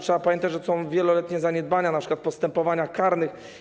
Trzeba pamiętać, że to są wieloletnie zaniedbania np. w postępowaniach karnych.